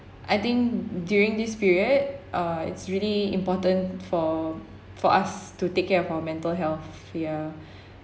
I think during this period uh it's really important for for us to take care of our mental health